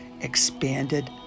expanded